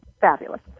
fabulous